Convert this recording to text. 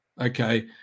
okay